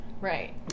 right